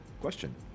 question